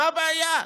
מה הבעיה?